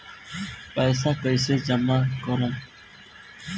पैसा कईसे जामा करम?